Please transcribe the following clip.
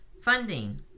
funding